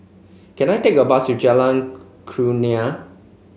can I take a bus to Jalan Kurnia